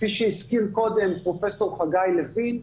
כפי שהזכיר קודם פרופ' חגי לוין,